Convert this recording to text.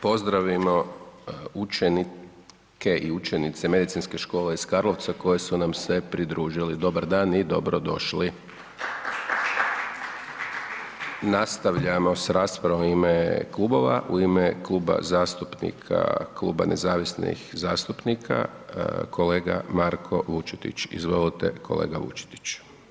Pozdravimo učenike i učenice Medicinske škole iz Karlovca koji su nam se pridružili, dobar dan i dobrodošli. Nastavljamo s raspravom u ime klubova, u ime kluba zastupnika Kluba nezavisnih zastupnika kolega Marko Vučetić, izvolite kolega Vučetić.